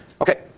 Okay